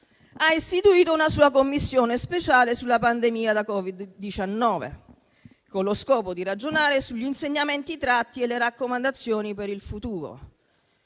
ha istituito una sua Commissione speciale sulla pandemia da Covid-19 con lo scopo di ragionare sugli insegnamenti tratti e sulle raccomandazioni per il futuro.